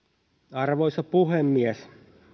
arvoisa puhemies